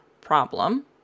problem